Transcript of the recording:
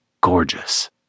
Gorgeous